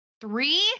Three